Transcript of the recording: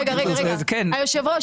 היושב ראש,